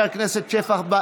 לסעיף 3. הצבעה.